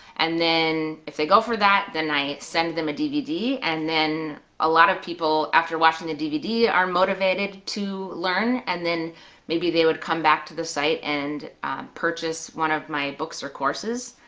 and then if they go for that then i send them a dvd and then a lot of people after watching the dvd are motivated to learn, and then maybe they would come back to the site and purchase one of my books or courses.